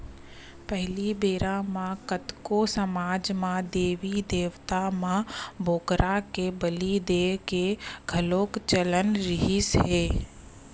पहिली बेरा म कतको समाज म देबी देवता म बोकरा के बली देय के घलोक चलन रिहिस हे